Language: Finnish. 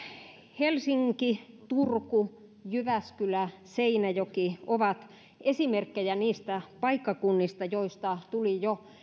helsinki turku jyväskylä seinäjoki ovat esimerkkejä niistä paikkakunnista joista tuli jo